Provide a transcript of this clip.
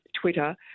Twitter